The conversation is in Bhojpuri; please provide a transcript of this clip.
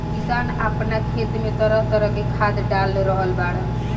किसान आपना खेत में तरह तरह के खाद डाल रहल बाड़न